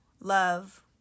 love